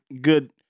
good